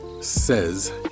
says